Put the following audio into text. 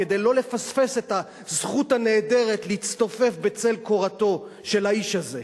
כדי שלא לפספס את הזכות הנהדרת להצטופף בצל קורתו של האיש הזה.